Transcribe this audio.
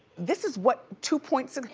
this is what two point six?